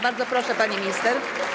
Bardzo proszę, pani minister.